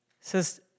says